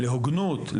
להוגנות,